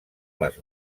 les